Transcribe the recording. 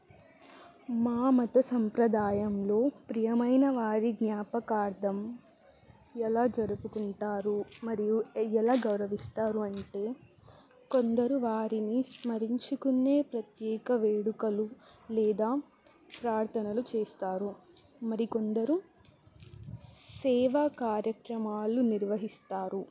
మా మత సంప్రదాయంలో ప్రియమైన వారి జ్ఞాపకార్థం ఎలా జరుపుకుంటారు మరియు ఎలా గౌరవిస్తారు అంటే కొందరు వారిని స్మరించుకునే ప్రత్యేక వేడుకలు లేదా ప్రార్థనలు చేస్తారు మరి కొందరు సేవ కార్యక్రమాలు నిర్వహిస్తారు